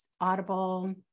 audible